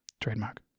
Trademark